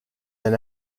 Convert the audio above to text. than